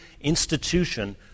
institution